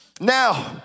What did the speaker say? now